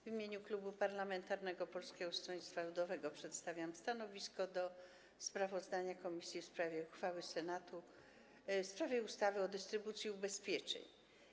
W imieniu Klubu Parlamentarnego Polskiego Stronnictwa Ludowego przedstawiam stanowisko wobec sprawozdania komisji o uchwale Senatu w sprawie ustawy o dystrybucji ubezpieczeń.